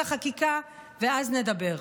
את החקיקה ואז נדבר.